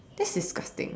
that's is disgusting